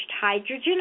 hydrogen